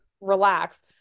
relax